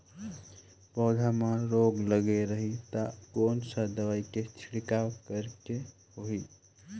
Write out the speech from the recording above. पौध मां रोग लगे रही ता कोन सा दवाई के छिड़काव करेके होही?